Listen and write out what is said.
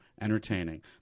entertaining